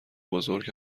بزرگ